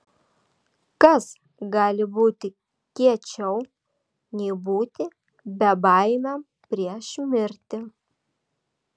kas gali būti kiečiau nei būti bebaimiam prieš mirtį